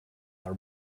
our